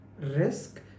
risk